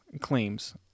claims